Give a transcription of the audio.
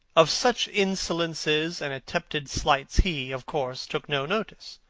of such insolences and attempted slights he, of course, took no notice,